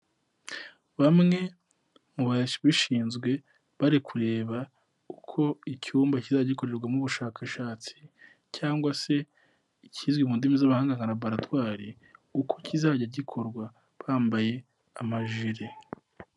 Bamwe mu babishinzwe bari kureba uko icyumba kizajya gikorerwamo ubushakashatsi cyangwa se ikizwi mu ndimi z'abahanga nka laburatwari, uko kizajya gikorwa bambaye amajire.